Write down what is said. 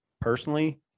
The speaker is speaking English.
personally